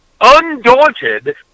Undaunted